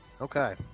Okay